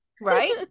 Right